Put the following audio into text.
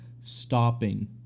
stopping